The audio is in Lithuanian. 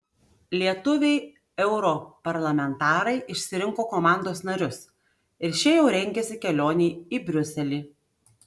lietuviai europarlamentarai išsirinko komandos narius ir šie jau rengiasi kelionei į briuselį